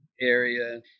area